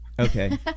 Okay